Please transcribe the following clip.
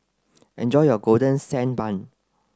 enjoy your golden sand bun